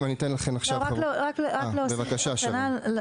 בבקשה, שרן.